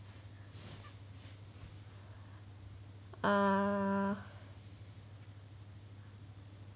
uh